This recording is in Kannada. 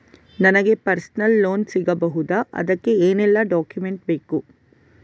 ನನಗೆ ಪರ್ಸನಲ್ ಲೋನ್ ಸಿಗಬಹುದ ಅದಕ್ಕೆ ಏನೆಲ್ಲ ಡಾಕ್ಯುಮೆಂಟ್ ಬೇಕು?